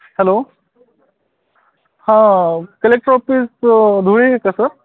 hello हां collector office Dhule आहे का सर